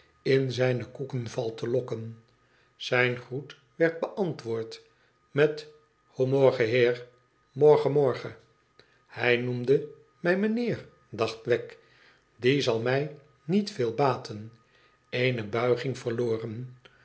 in zijne koekenval te lokken zijn groet werd beantwoord met ig'morgen mijnheer morgen morgen hij noemt mij mijnheer i dacht wegg die zal mij niet veel baten eoie buiging